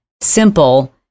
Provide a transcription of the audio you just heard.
simple